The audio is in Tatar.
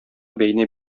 бәйнә